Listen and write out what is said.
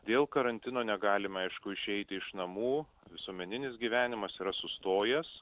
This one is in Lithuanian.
dėl karantino negalime aišku išeiti iš namų visuomeninis gyvenimas yra sustojęs